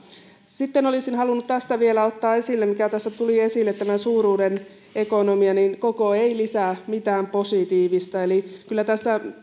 sitten olisin halunnut vielä ottaa esille sen mikä tässä tuli esille tämän suuruuden ekonomian koko ei lisää mitään positiivista eli kyllä tässä